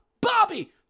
Bobby